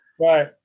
Right